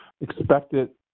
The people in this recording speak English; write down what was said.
expected